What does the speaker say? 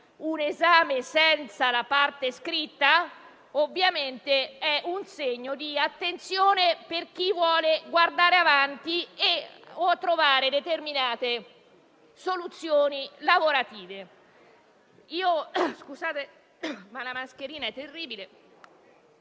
un esame senza la parte scritta, è un segno di attenzione per chi vuole guardare avanti e trovare determinate soluzioni lavorative.